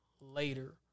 later